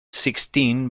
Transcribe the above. sixteen